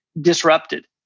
disrupted